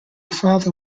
father